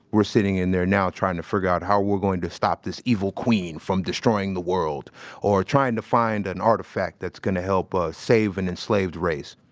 we're sitting in there now trying to figure out how we're going to stop this evil queen from destroying the world or trying to find an artifact that's gonna help us save an enslaved race.